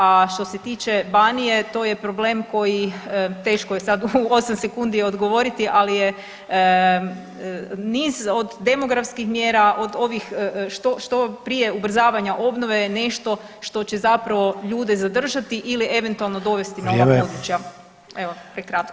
A što se tiče Banije to je problem koji teško je sad u osam sekundi odgovoriti, ali je niz od demografskih mjera, od ovih što prije ubrzavanja obnove nešto što će zapravo ljude zadržati ili eventualno donijeti na ova područja [[Upadica Sanader: Vrijeme.]] Evo prekratko